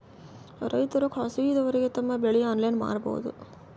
ರೈತರು ಖಾಸಗಿದವರಗೆ ತಮ್ಮ ಬೆಳಿ ಆನ್ಲೈನ್ ಮಾರಬಹುದು?